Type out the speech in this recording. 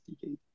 decade